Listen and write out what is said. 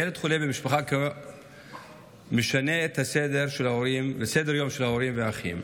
ילד חולה במשפחה משנה את סדר-היום של ההורים והאחים.